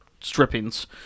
strippings